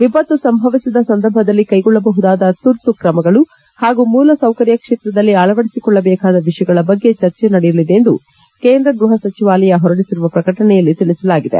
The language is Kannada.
ವಿಪತ್ತು ಸಂಭವಿಸಿದ ಸಂದರ್ಭದಲ್ಲಿ ಕ್ಲೆಗೊಳ್ಳಬಹುದಾದ ತುರ್ತು ಕ್ರಮಗಳು ಹಾಗೂ ಮೂಲ ಸೌಕರ್ಯ ಕ್ಷೇತ್ರದಲ್ಲಿ ಅಳವಡಿಸೊಳ್ಳಬೇಕಾದ ವಿಷಯಗಳ ಬಗ್ಗೆ ಚರ್ಚೆ ನಡೆಯಲಿದೆ ಎಂದು ಕೇಂದ್ರ ಗೃಹ ಸಚಿವಾಲಯ ಹೊರಡಿಸಿರುವ ಪ್ರಕಟಣೆಯಲ್ಲಿ ತಿಳಿಸಲಾಗಿದೆ